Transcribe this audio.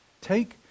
Take